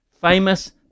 Famous